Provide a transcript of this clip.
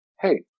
Hey